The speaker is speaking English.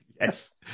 Yes